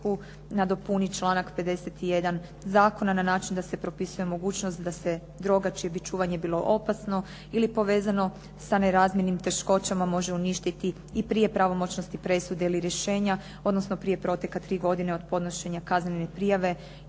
nadopuni članak 51. zakona na način da se propisuje mogućnost da se droga čije bi čuvanje bilo opasno ili povezano sa nerazmjernim teškoćama može uništiti i prije pravomoćnosti presude ili rješenja, odnosno prije proteka tri godine od podnošenja kaznene prijave